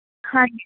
ਹਾਂਜੀ